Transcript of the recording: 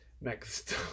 next